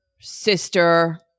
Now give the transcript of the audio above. sister